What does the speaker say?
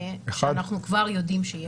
שאנחנו כבר יודעים שיש שם.